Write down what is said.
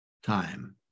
time